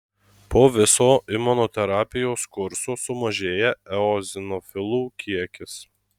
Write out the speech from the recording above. po viso imunoterapijos kurso sumažėja eozinofilų kiekis